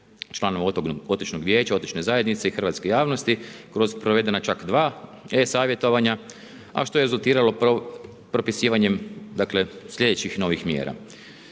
članova otočnog vijeća, otočne zajednice i hrvatske javnosti kroz provedena čak dva e-savjetovanja a što je rezultiralo propisivanjem dakle sljedećih novih mjera.